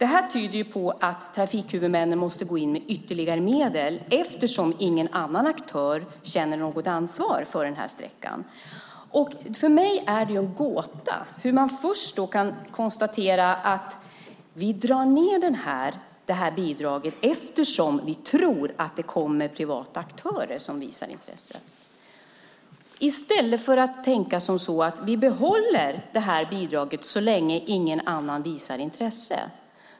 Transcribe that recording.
Det här tyder på att trafikhuvudmännen måste gå in med ytterligare medel eftersom ingen annan aktör känner något ansvar för sträckan. För mig är det en gåta hur man först kan konstatera att bidraget dras ned eftersom man tror att det kommer att komma privata aktörer som ska visa intresse, i stället för att tänka att man behåller bidraget så länge ingen annan visar intresse.